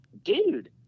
dude